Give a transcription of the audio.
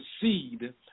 seed